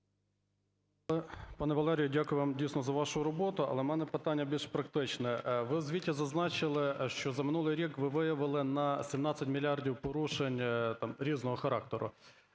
Пане Валерію, дякую вам дійсно за вашу роботу, але в мене питання більш практичне. Ви в звіті зазначили, що за минулий рік ви виявили на 17 мільярдів порушень, там, різного характеру.